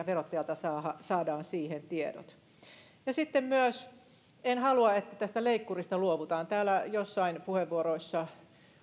verottajalta saadaan saadaan siihen tiedot sitten myös en halua että tästä leikkurista luovutaan täällä joissain puheenvuoroissa